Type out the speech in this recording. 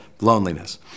loneliness